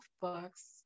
books